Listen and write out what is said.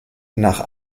nach